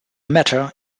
matter